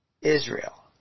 Israel